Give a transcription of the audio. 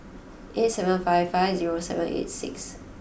eight seven five five zero seven eight six